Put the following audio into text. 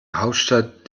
hauptstadt